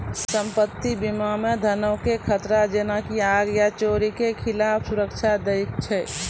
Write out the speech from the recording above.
सम्पति बीमा मे धनो के खतरा जेना की आग या चोरी के खिलाफ सुरक्षा दै छै